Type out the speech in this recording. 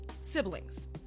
siblings